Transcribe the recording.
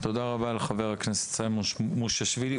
תודה רבה לחבר הכנסת סימון מושיאשוילי.